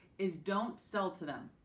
is don't sell to them.